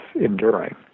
enduring